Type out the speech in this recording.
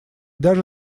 даже